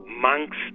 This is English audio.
monks